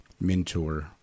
mentor